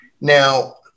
Now